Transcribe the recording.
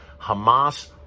Hamas